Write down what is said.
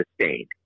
sustained